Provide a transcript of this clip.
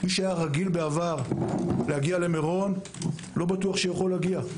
מי שהיה רגיל בעבר להגיע למירון לא בטוח שהוא יכול להגיע,